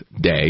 day